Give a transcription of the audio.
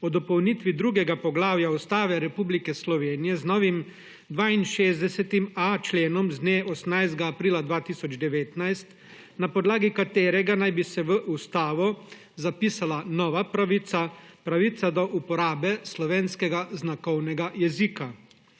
o dopolnitvi II. poglavja Ustave Republike Slovenije z novim 62.a členom z dne 18. aprila 2019, na podlagi katerega naj bi se v ustavo zapisala nova pravica, pravica do uporabe slovenskega znakovnega jezika.